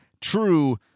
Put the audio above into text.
true